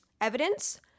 evidence